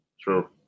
True